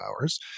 hours